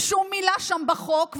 בשום מילה שם בחוק,